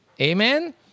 Amen